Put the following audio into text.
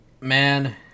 Man